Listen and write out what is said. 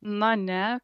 na ne